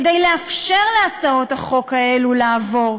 כדי לאפשר להצעות החוק האלה לעבור.